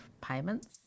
payments